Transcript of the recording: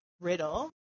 riddle